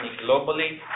globally